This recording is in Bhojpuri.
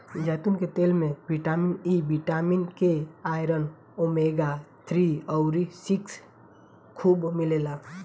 जैतून के तेल में vitamin E, vitamin K, iron, omega three अउरी सिक्स खूब मिलेला